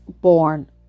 born